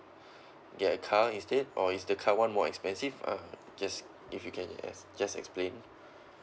get a car instead or is the car one more expensive ah just if you can uh just explain